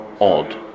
odd